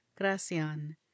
Gracian